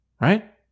right